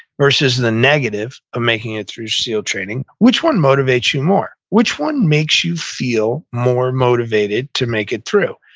versus the negative of making it through seal training, which one motivates you more? which one makes you feel more motivated to make it through?